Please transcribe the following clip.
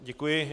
Děkuji.